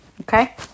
Okay